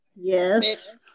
Yes